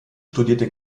studierte